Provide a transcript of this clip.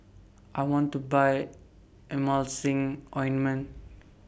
I want to Buy Emulsying Ointment